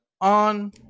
on